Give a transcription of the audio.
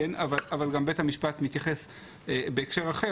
אבל גם בית המשפט מתייחס בהקשר הזה,